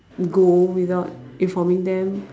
go without informing them